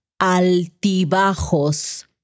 altibajos